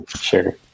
Sure